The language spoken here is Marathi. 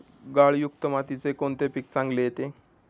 गाळयुक्त मातीत कोणते पीक चांगले येते?